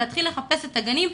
ולהתחיל לחפש את הגנים,